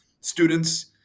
students